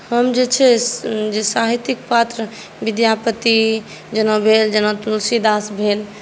हम जे छै से जे साहित्यिक पात्र विद्यापति भेल जेना तुलसीदास भेल